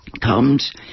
comes